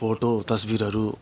photo तस्विरहरू